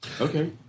Okay